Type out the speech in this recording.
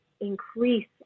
increase